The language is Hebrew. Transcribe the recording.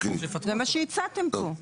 זה מה שהצעתם פה.